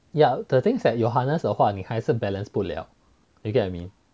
ya the thing is that 有 harness 的话你还是 balance 不了 you get what I mean